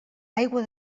aigua